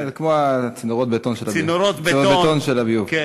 כן, זה כמו צינורות הבטון של הביוב.